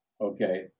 okay